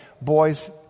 boys